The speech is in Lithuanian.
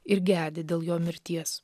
ir gedi dėl jo mirties